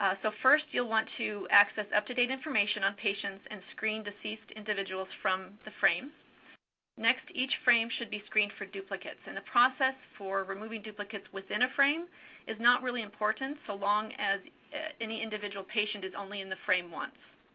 ah so first, you'll want to access up to date information on patients and screen deceased individuals from the frame next, each frame should be screened for duplicates. and the process for removing duplicates within a frame is not really important so long as any individual patient is only in the frame once.